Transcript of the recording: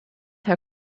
herr